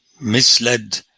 misled